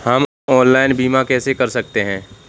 हम ऑनलाइन बीमा कैसे कर सकते हैं?